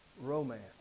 romance